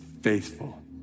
faithful